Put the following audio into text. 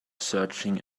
searching